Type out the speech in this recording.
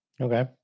Okay